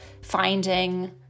finding